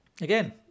Again